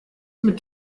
mit